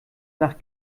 nach